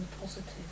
positive